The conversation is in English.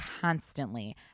constantly